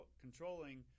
controlling